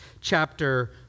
chapter